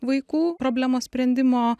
vaikų problemos sprendimo